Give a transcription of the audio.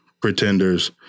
pretenders